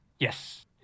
Yes